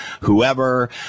whoever